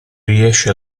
riesce